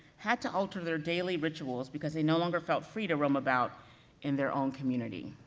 had to alter their daily rituals because they no longer felt free to roam about in their own community,